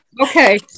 Okay